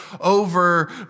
over